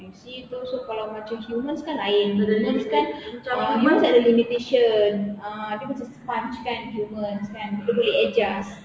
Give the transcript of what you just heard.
see so kalau macam humans kan lain humans kan ah humans ada limitation ah dia macam sponge kan humans dia boleh adjust